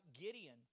Gideon